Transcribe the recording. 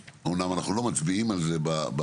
אמנם אנחנו לא מצביעים על זה בחוק